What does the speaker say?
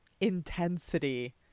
intensity